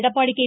Edappadi K